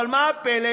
אבל מה הפלא?